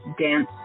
dance